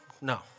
no